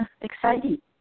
exciting